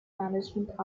management